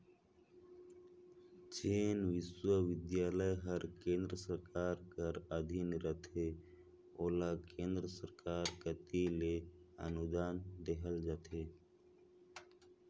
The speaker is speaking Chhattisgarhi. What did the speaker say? जेन बिस्वबिद्यालय हर केन्द्र सरकार कर अधीन रहथे ओला केन्द्र सरकार कती ले अनुदान देहल जाथे